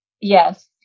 Yes